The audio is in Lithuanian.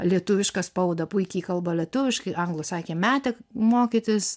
lietuvišką spaudą puikiai kalba lietuviškai anglų sakė metė mokytis